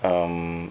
um